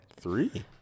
Three